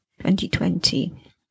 2020